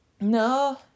no